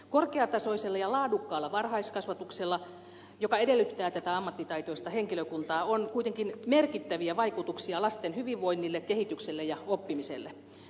korkeatasoisella ja laadukkaalla varhaiskasvatuksella joka edellyttää tätä ammattitaitoista henkilökuntaa on kuitenkin merkittäviä vaikutuksia lasten hyvinvoinnille kehitykselle ja oppimiselle